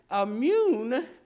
immune